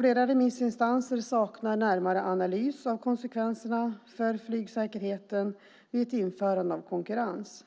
Flera remissinstanser saknar närmare analys av konsekvenserna för flygsäkerheten vid ett införande av konkurrens.